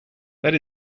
that